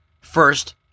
First